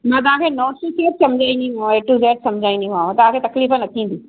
मां तव्हांखे नोट्स खे समुझाईंदीमांव ए टू जेड समुझाईंदीमांव तव्हांखे तकलीफ़ न थींदी